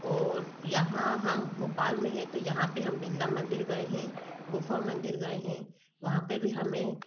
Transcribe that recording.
और यहाँ हम भोपाल में हैं तो यहाँ पर हम बिरला मंदिर गए हैं गुफ़ा मंदिर गए हैं वहाँ पर भी हमें